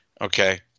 Okay